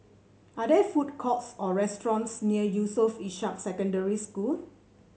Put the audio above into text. are there food courts or restaurants near Yusof Ishak Secondary School